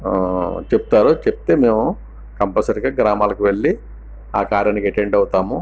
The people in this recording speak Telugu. చెప్తారు చెప్తే మేము కంపల్సరీగా గ్రామాలకు వెళ్లి ఆ కార్యానికి అటెండ్ అవుతాము